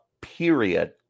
period